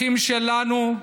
אחים שלנו,